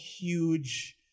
huge